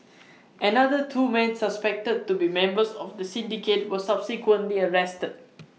another two men suspected to be members of the syndicate were subsequently arrested